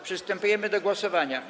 Przystępujemy do głosowania.